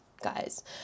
Guys